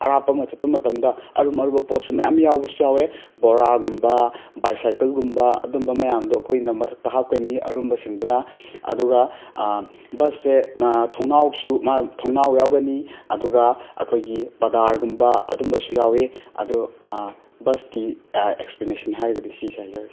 ꯑꯔꯥꯞꯄ ꯑꯃ ꯆꯠꯄ ꯃꯇꯝꯗ ꯑꯔꯨꯝ ꯑꯔꯨꯝꯕ ꯄꯣꯠꯁꯨ ꯃꯌꯥꯝ ꯌꯥꯎꯕꯁꯨ ꯌꯥꯎꯋꯦ ꯕꯣꯔꯥꯒꯨꯝꯕ ꯕꯥꯏꯁꯥꯏꯀꯜꯒꯨꯝꯕ ꯑꯗꯨꯝꯕ ꯃꯌꯥꯝꯗꯣ ꯑꯩꯈꯣꯏꯅ ꯃꯊꯛꯇ ꯍꯥꯞꯀꯅꯤ ꯑꯔꯨꯝꯕꯁꯤꯡꯗꯨꯅ ꯑꯗꯨꯒ ꯕꯁꯁꯦ ꯊꯣꯡꯅꯥꯎꯁꯨ ꯃꯥ ꯊꯣꯡꯅꯥꯎ ꯌꯥꯎꯒꯅꯤ ꯑꯗꯨꯒ ꯑꯩꯈꯣꯏꯒꯤ ꯄꯔꯗꯥꯔꯒꯨꯝꯕ ꯑꯗꯨꯝꯕꯁꯨ ꯌꯥꯎꯋꯦ ꯑꯗꯨ ꯕꯁꯀꯤ ꯑꯦꯛꯁꯄ꯭ꯂꯦꯅꯦꯁꯟ ꯍꯥꯏꯔꯒꯗꯤ ꯁꯤꯁꯦ ꯍꯥꯏꯖꯔꯒꯦ